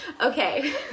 Okay